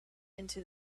into